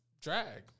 drag